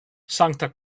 sankta